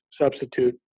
substitute